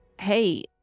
hey